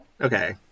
Okay